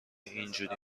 اینجوری